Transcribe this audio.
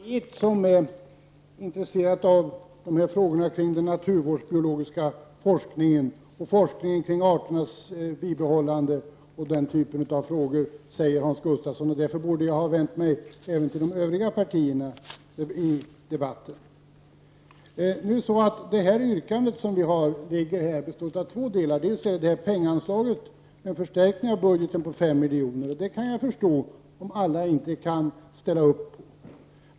Fru talman! Det är bara folkpartiet som är intresserat av dessa frågor kring naturvårdsbiologisk forskning, forskning kring arternas bibehållande och sådana frågor, säger Hans Gustafsson, och därför borde jag ha vänt mig även till de övriga partierna i debatten. Det yrkande som vi har består faktiskt av två delar. Det gäller ett penninganslag med en förstärkning av budgeten på 5 miljoner. Det kan jag förstå att inte alla kan ställa upp på.